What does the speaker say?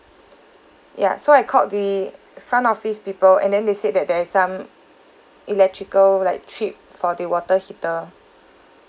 ya so I called the front office people and then they said that there is some electrical like trip for the water heater